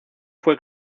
fue